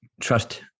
Trust